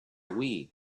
wii